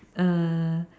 err